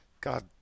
God